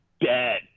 dead